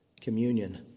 communion